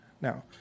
Now